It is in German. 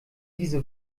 diese